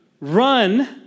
run